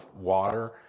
water